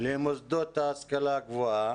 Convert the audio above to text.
למוסדות ההשכלה הגבוהה.